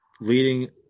leading